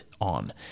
on